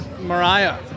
Mariah